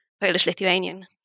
Polish-Lithuanian